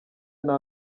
nta